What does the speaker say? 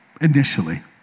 initially